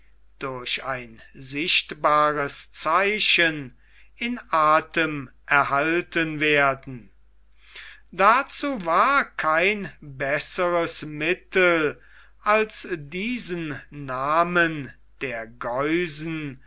durch ein sichtbares zeichen in athem erhalten werden dazu war kein besseres mittel als diesen namen der geusen